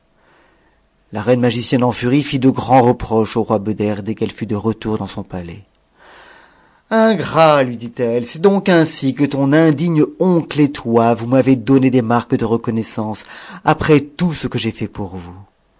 la reine magicienne en furie fit de grands reproches au roi beder es qu'elle fut de retour dans son palais ingrat lui dit-elle c'est donc ainsi que ton indigne oncle et toi vous m'avez donné des marques t s reconnaissance après tout ce que j'ai fait pour vous